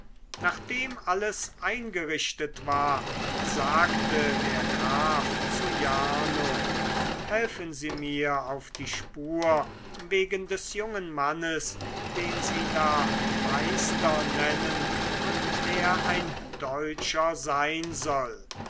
nachdem alles eingerichtet war sagte der graf zu jarno helfen sie mir auf die spur wegen des jungen mannes den sie da meister nennen und der ein deutscher sein soll